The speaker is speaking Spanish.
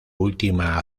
última